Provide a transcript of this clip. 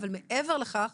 אבל מעבר לכך,